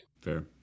Fair